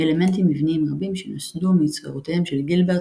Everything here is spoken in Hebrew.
עם אלמנטים מבניים רבים שנוסדו מיצירותיהם של גילברט